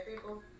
people